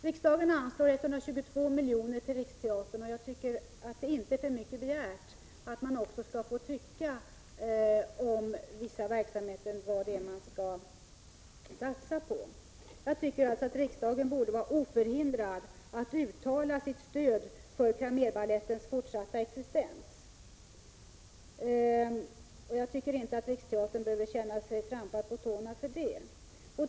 Riksdagen anslår 122 milj. till Riksteatern. Jag tycker att det inte är för mycket begärt att man också i fråga om vissa verksamheter skall få tycka något om vad det är man skall satsa på. Jag anser alltså att riksdagen borde vara oförhindrad att uttala sitt stöd för Cramérbalettens fortsatta existens. Riksteatern behöver inte känna sig trampad på tårna för det.